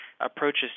approaches